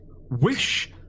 wish